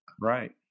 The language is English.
Right